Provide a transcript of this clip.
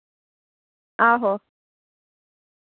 आहो